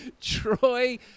Troy